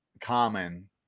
common